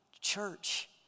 church